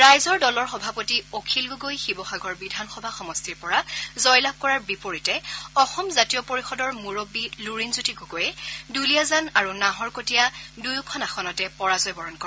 ৰাইজৰ দলৰ সভাপতি অখিল গগৈ শিৱসাগৰ বিধানসভা সমষ্টিৰ পৰা জয়লাভ কৰাৰ বিপৰীতে অসম জাতীয় পৰিষদৰ মুৰববী লুৰিণজ্যোতি গগৈয়ে দুলীয়াজান আৰু নাহৰকটীয়া দুয়োখন আসনতে পৰাজয় বৰণ কৰে